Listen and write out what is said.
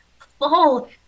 full